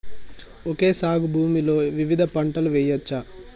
Okay సాగు భూమిలో వివిధ పంటలు వెయ్యచ్చా?